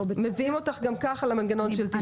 מביאים אותך גם כך למנגנון של 90(ב) ו-(ג).